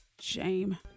shame